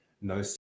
no